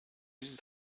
just